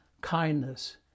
kindness